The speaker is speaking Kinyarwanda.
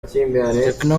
tecno